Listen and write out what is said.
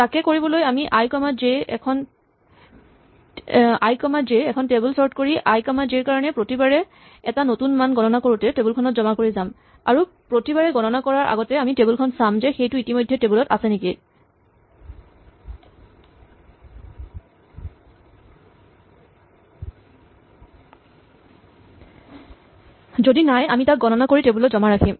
তাকে কৰিবলৈ i comma j এখন টেবল চৰ্ট কৰি আই কমা জে ৰ কাৰণে প্ৰতিবাৰে এটা নতুন মান গণনা কৰোতে টেবল খনত জমা কৰি যাম আৰু প্ৰতিবাৰে গণনা কৰাৰ আগতে আমি টেবল খন চাম যে সেইটো ইতিমধ্যে টেবল ত আছে নেকি যদি নাই আমি তাক গণনা কৰি টেবল ত জমা ৰাখিম